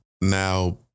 now